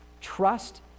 trust